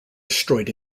destroyed